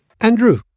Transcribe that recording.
Andrew